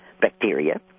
bacteria